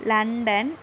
London